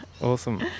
Awesome